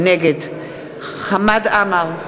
נגד חמד עמאר,